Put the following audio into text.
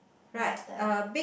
your turn